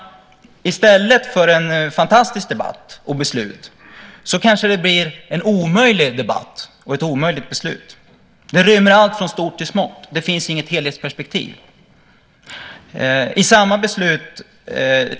I stället för en fantastisk debatt och ett fantastiskt beslut kanske det blir en omöjlig debatt och ett omöjligt beslut. Det rymmer allt från stort till smått. Det finns inget helhetsperspektiv.